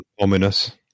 ominous